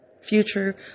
future